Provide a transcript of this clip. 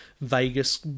Vegas